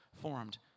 formed